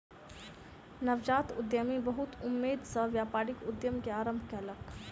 नवजात उद्यमी बहुत उमेद सॅ व्यापारिक उद्यम के आरम्भ कयलक